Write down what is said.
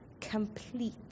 complete